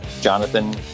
Jonathan